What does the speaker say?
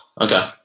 Okay